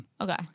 Okay